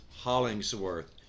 Hollingsworth